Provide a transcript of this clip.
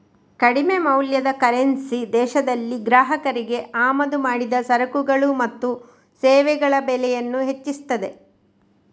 ಕಡಿಮೆ ಮೌಲ್ಯದ ಕರೆನ್ಸಿ ದೇಶದಲ್ಲಿ ಗ್ರಾಹಕರಿಗೆ ಆಮದು ಮಾಡಿದ ಸರಕುಗಳು ಮತ್ತು ಸೇವೆಗಳ ಬೆಲೆಯನ್ನ ಹೆಚ್ಚಿಸ್ತದೆ